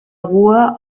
ruhe